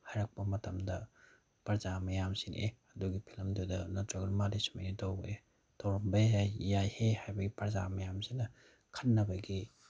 ꯍꯥꯏꯔꯛꯄ ꯃꯇꯝꯗ ꯄ꯭ꯔꯖꯥ ꯃꯌꯥꯝꯁꯤ ꯑꯦ ꯑꯗꯨꯒꯤ ꯐꯤꯂꯝꯗꯨꯗ ꯅꯠꯇ꯭ꯔꯒꯅ ꯃꯥꯗꯤ ꯁꯨꯃꯥꯏꯅ ꯇꯧꯏ ꯇꯧꯔꯝꯕ ꯌꯥꯏ ꯌꯥꯏꯍꯦ ꯍꯥꯏꯕꯒꯤ ꯄ꯭ꯔꯖꯥ ꯃꯌꯥꯝꯁꯤꯅ ꯈꯟꯅꯕꯒꯤ